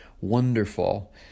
wonderful